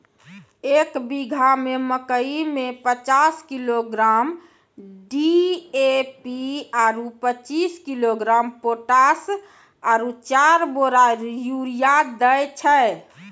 एक बीघा मे मकई मे पचास किलोग्राम डी.ए.पी आरु पचीस किलोग्राम पोटास आरु चार बोरा यूरिया दैय छैय?